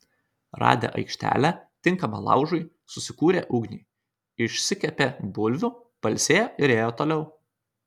radę aikštelę tinkamą laužui susikūrė ugnį išsikepė bulvių pailsėjo ir ėjo toliau